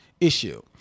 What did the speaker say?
issue